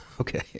Okay